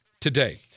today